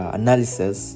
analysis